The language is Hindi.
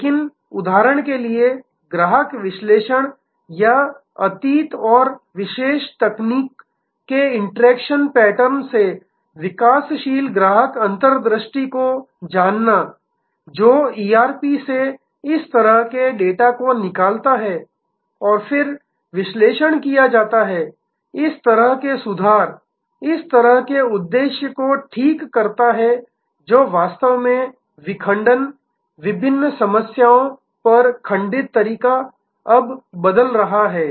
इसलिए उदाहरण के लिए ग्राहक विश्लेषण या अतीत और विशेष तकनीक के इंटरैक्शन पैटर्न से विकासशील ग्राहक अंतर्दृष्टि को जानना जो ईआरपी से इस तरह के डेटा को निकालता है और फिर विश्लेषण किया जाता है इस तरह के सुधार इस तरह के उद्देश्य को ठीक करता है जो वास्तव में विखंडन विभिन्न समस्याओं पर खंडित तरीका अब बदल रहा है